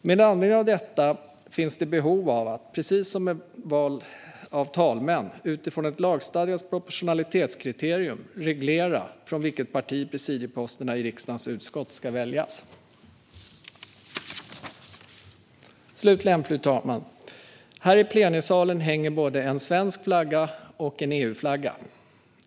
Med anledning av detta finns det behov av att, precis som med val av talmän, utifrån ett lagstadgat proportionalitetskriterium reglera från vilket parti presidieposterna i riksdagens utskott ska väljas. Fru talman! Här i plenisalen hänger både en svensk flagga och en EU-flagga.